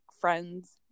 friend's